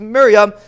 Miriam